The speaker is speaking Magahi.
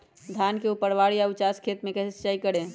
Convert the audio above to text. धान के ऊपरवार या उचास खेत मे कैसे सिंचाई करें?